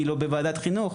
אני לא בוועדת החינוך,